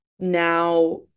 now